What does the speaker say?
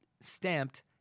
stamped